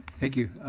thank you.